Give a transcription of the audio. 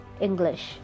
English